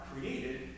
created